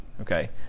okay